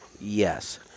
Yes